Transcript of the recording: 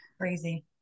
Crazy